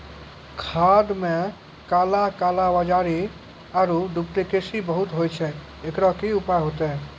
खाद मे काला कालाबाजारी आरु डुप्लीकेसी बहुत होय छैय, एकरो की उपाय होते?